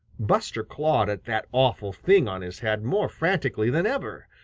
buster clawed at that awful thing on his head more frantically than ever.